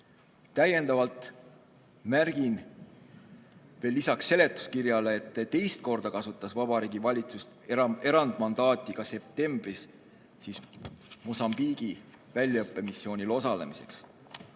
Med/Irini. Märgin veel lisaks seletuskirjale, et teist korda kasutas Vabariigi Valitsus erandmandaati ka septembris Mosambiigi väljaõppemissioonil osalemiseks,